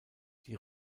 die